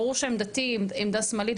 ברור שעמדתי היא עמדה שמאלית,